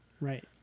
Right